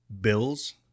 bills